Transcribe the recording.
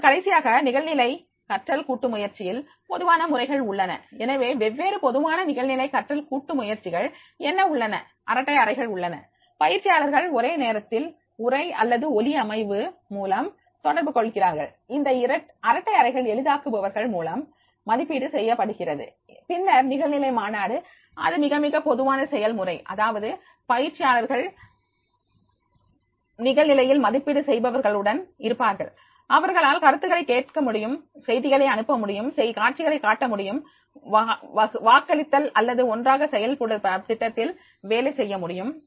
இப்போது கடைசியாக நிகழ்நிலை கற்றல் கூட்டுமுயற்சியில் பொதுவான முறைகள் உள்ளன எனவே வெவ்வேறு பொதுவான நிகழ்நிலை கற்றல் கூட்டு முயற்சிகள் என்ன உள்ளன அரட்டை அறைகள் உள்ளன பயிற்சியாளர்கள் ஒரே நேரத்தில் உரை அல்லது ஒலி அமைவு மூலம்தொடர்பு கொள்கிறார்கள் இந்த அரட்டை அறைகள் எளிதாக்குபவர்கள் மூலம் மதிப்பீடு செய்யப்படுகிறது பின்னர் நிகழ்நிலை மாநாடு இது மிக மிக பொதுவான செயல் முறை அதாவது பயிற்சியாளர்கள் நிகழ்நிலையில் மதிப்பீடு செய்பவர்களுடன் இருப்பார்கள் அவர்களால் கருத்துகளை கேட்கமுடியும் செய்திகளை அனுப்ப முடியும் காட்சிகளை காட்ட முடியும் வாக்களித்தல் அல்லது ஒன்றாக செயல்திட்டத்தில் வேலை செய்ய முடியும்